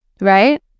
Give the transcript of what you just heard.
right